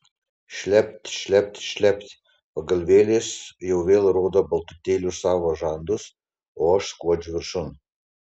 šlept šlept šlept pagalvėlės jau vėl rodo baltutėlius savo žandus o aš skuodžiu viršun